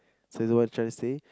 so you know what I'm trying to say